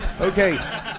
Okay